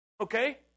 Okay